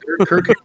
Kirk